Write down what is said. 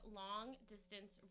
long-distance